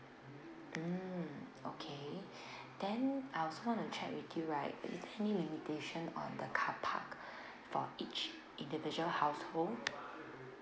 mm okay then I also wanna check you right is there any limitation on the carpark for each individual household